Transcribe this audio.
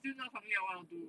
still no something I want to do